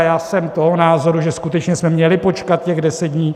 Já jsem toho názoru, že skutečně jsme měli počkat těch deset dní.